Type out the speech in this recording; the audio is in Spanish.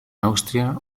austria